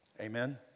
Amen